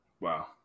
Wow